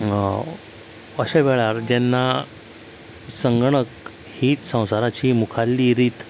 अशे वेळार जेन्ना संगणक हीच संवसाराची मुखारली रीत